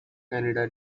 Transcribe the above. canada